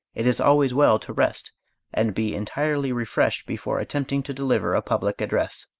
it is always well to rest and be entirely refreshed before attempting to deliver a public address.